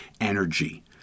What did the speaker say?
energy